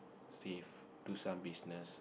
save do some business